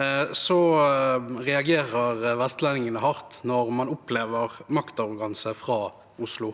reagerer vestlendingene hardt når man opplever maktarroganse fra Oslo.